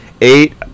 Eight